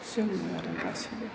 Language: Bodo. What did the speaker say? जोङो आरो गासैबो